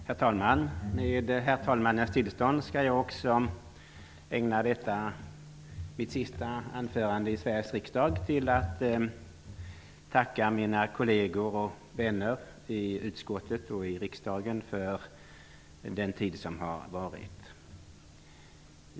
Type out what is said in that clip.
Herr talman! Med talmannens tillstånd skall jag ägna detta mitt sista anförande i Sveriges riksdag åt att tacka mina kolleger och vänner i utskottet och i riksdagen för den tid som har varit.